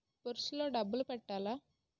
Purse లో డబ్బులు పెట్టలా?